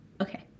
okay